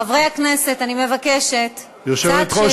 חברי הכנסת, אני מבקשת, קצת שקט.